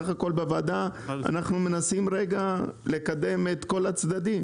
בוועדה אנחנו בסך הכל מנסים לקדם את כל הצדדים.